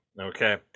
okay